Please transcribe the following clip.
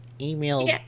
email